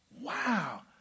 Wow